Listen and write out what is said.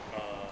uh